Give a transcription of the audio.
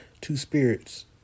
two-spirits